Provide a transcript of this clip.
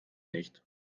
nicht